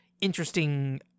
interesting